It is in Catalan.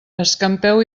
escampeu